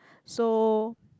so